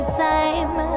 time